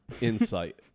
insight